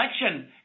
election